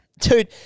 Dude